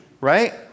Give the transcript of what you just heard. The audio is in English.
right